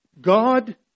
God